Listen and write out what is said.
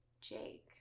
Jake